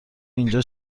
اینجا